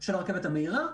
של הרכבת המהירה,